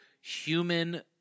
human